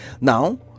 Now